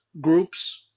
groups